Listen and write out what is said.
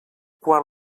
quan